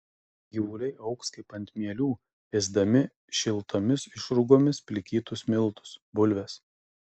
gyvuliai augs kaip ant mielių ėsdami šiltomis išrūgomis plikytus miltus bulves